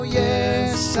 yes